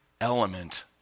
element